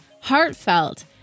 heartfelt